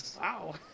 Wow